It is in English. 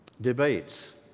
Debates